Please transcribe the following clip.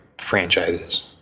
franchises